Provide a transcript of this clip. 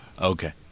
Okay